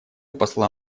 посла